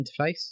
interface